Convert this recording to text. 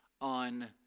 on